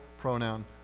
pronoun